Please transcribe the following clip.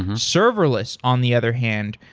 serverless, on the other hand,